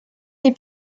les